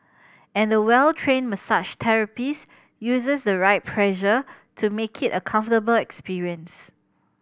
and the well trained massage therapist uses the right pressure to make it a comfortable experience